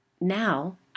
Now